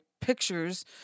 pictures